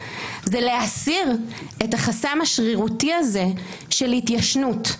זה להסיר את החסם השרירותי הזה של התיישנות,